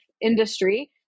industry